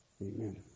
Amen